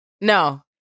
No